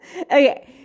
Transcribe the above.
okay